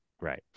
Right